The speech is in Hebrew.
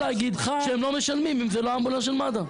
להגיד שהן לא משלמות אם זה לא אמבולנס של מד"א.